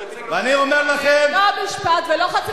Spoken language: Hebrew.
ואני אומר לכם חד-משמעית, לא משפט ולא חצי משפט.